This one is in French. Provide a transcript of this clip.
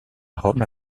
rome